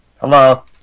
Hello